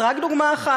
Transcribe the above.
זו רק דוגמה אחת.